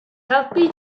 helpu